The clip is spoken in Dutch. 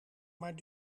maar